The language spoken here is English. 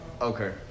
okay